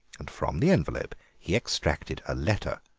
and from the envelope he extracted a letter,